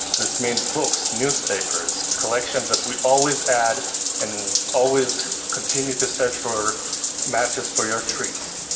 this means books, newspapers, collections that we always add and always continue to search for matches for your trees.